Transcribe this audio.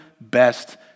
best